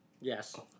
Yes